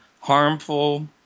harmful